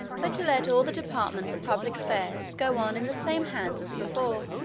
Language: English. but to let all the departments of public affairs go on in the same hands as before.